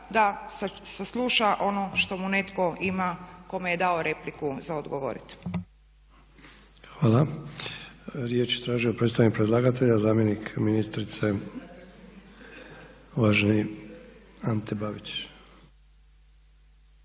da sasluša ono što mu netko ima kome je dao repliku za odgovoriti. **Sanader, Ante (HDZ)** Hvala. Riječ je tražio predstavnik predlagatelja zamjenik ministrice uvaženi Ante Babić.